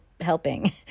helping